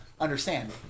understand